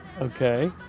okay